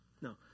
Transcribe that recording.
No